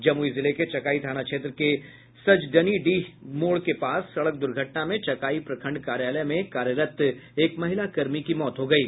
जमुई जिले के चकाई थाना क्षेत्र के सजडनीडीह मोड़ के पास सड़क दुर्घटना में चकाई प्रखंड कार्यालय में कार्यरत एक महिला कर्मी की मौत हो गयी